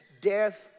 death